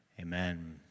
Amen